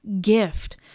gift